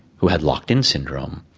who had locked-in syndrome,